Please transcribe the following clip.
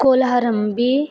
ਕੋਲਾਹਰੰਬੀ